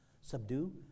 subdue